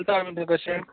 घालता तें आमी कशेंय